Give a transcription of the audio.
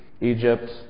Egypt